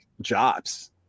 jobs